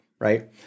right